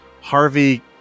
Harvey